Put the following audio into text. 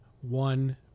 one